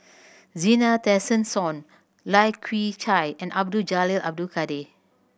Zena Tessensohn Lai Kew Chai and Abdul Jalil Abdul Kadir